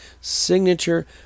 signature